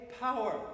power